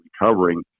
recovering